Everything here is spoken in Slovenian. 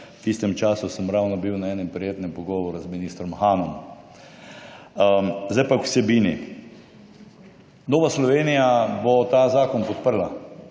V tistem času sem ravno bil na enem prijetnem pogovoru z ministrom Hanom. Zdaj pa k vsebini. Nova Slovenija bo ta zakon podprla.